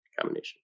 combination